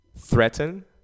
Threaten